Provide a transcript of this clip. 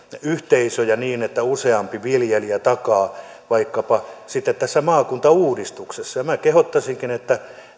yhteisöjä niin että useampi viljelijä takaa sen vaikkapa sitten tässä maakuntauudistuksessa minä kehottaisinkin kun